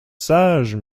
sage